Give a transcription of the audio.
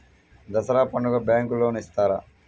దసరా పండుగ bank loan ఇస్తారా?